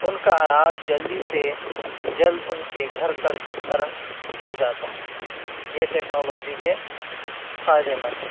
ان کا اناج جلدی سے جلد ان کے گھر کٹ کر آ جاتا ہے یہ ٹیکنالوجی کے فائدہ مند ہیں